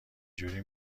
جوری